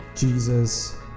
Jesus